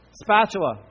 Spatula